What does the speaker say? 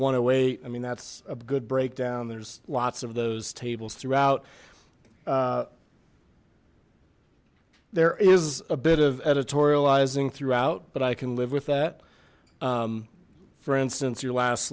eight i mean that's a good breakdown there's lots of those tables throughout there is a bit of editorializing throughout but i can live with that for instance your last